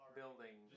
building